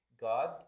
God